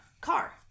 car